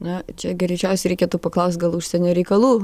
na čia greičiausiai reikėtų paklaust gal užsienio reikalų